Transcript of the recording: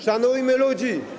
Szanujmy ludzi!